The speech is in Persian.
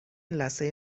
لثه